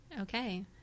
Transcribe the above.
Okay